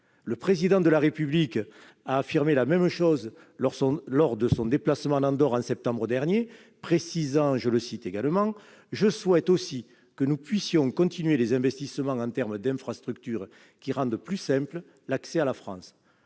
Le Président de la République a affirmé la même chose lors de son déplacement en Andorre en septembre dernier, précisant :« Je souhaite aussi que nous puissions continuer les investissements en termes d'infrastructures qui rendent plus simple l'accès à la France.